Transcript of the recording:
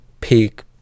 peak